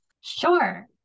Sure